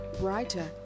writer